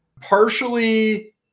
partially